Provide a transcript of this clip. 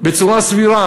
בצורה סבירה,